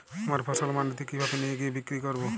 আমার ফসল মান্ডিতে কিভাবে নিয়ে গিয়ে বিক্রি করব?